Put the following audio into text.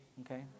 Okay